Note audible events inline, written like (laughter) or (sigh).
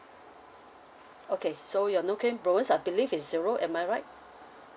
(noise) okay so your no claim bonus I believe is zero am I right